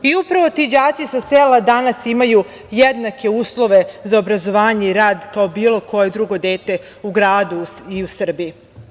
Upravo ti đaci sa sela danas imaju jednake uslove za obrazovanje i rad kao bilo koje drugo dete u gradu u Srbiji.